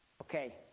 Okay